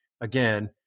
again